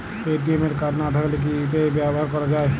ATM card না থাকলে কি ইউ.পি.আই ব্যবহার করা য়ায়?